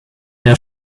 der